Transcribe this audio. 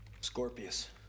Scorpius